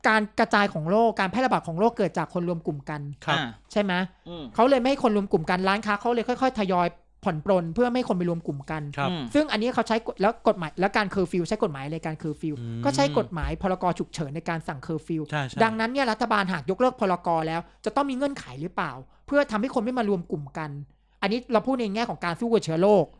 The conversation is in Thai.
การกระจายของโรค- การแพร่ระบาดของโรคเกิดจากคนรวมกลุ่มกันครับใช่ไหม?อืมเขาเลยไม่ให้คนรวมกลุ่มกัน ร้านค้าเขาเลยค่อยๆทยอยผ่อนปรนเพื่อไม่ให้คนไปรวมกลุ่มกันครับ อืมซึ่งอันนี้เขาใช้กฎ- แล้วกฎหมาย- แล้วการเคอร์ฟิวใช้กฎหมายเลย การเคอร์ฟิวก็ใช้อืมกฎหมาย พ.ร.ก. ฉุกเฉินในการสั่งเคอร์ฟิวใช่- ใช่ดังนั้นเนี่ยรัฐบาลหากยกเลิก พ.ร.ก. แล้วจะต้องมีเงื่อนไขหรือเปล่าเพื่อทำให้คนไม่มารวมกลุ่มกัน อันนี้เราพูดในแง่ของการสู้กับเชื้อโรค